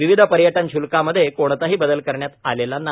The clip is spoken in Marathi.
विविध पर्यटन शुल्कामध्ये कोणताही बदल करण्यात आलेला नाही